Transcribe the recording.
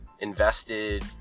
invested